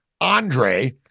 Andre